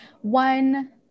one